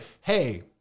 hey